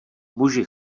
muži